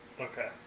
Okay